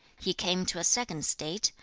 he came to a second state,